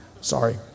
Sorry